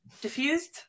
Diffused